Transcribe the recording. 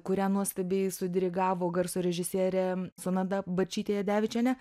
kurią nuostabiai sudirigavo garso režisierė sonata bačytė jadevičienė